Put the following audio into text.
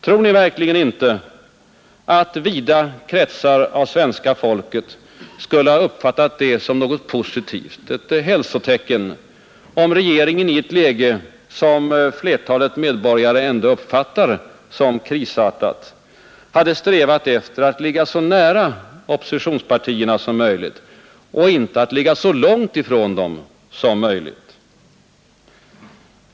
Tror ni verkligen inte att vida kretsar av svenska folket skulle ha uppfattat det som något positivt, som ett hälsotecken, om regeringen i ett läge som flertalet medborgare ändå uppfattar som krisartat hade strävat efter att ligga så nära oppositionspartierna som möjligt och inte så långt ifrån dem som möjligt?